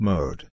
Mode